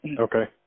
Okay